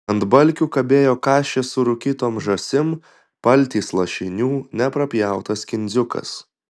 ant balkių kabėjo kašės su rūkytom žąsim paltys lašinių neprapjautas kindziukas